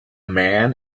man